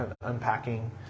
unpacking